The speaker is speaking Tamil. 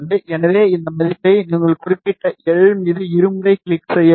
எனவே இந்த மதிப்பை நீங்கள் குறிப்பிட்ட எல் மீது இருமுறை கிளிக் செய்ய வேண்டும்